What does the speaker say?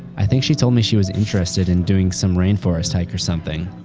i think she told me she was interested in doing some rainforest hike or something.